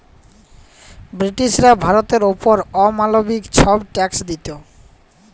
ব্রিটিশরা ভারতের অপর অমালবিক ছব ট্যাক্স দিত